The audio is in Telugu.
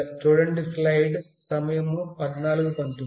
మొదలగునవి